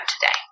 today